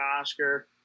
Oscar